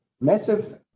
massive